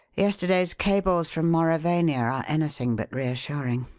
yesterday's cables from mauravania anything but reassuring.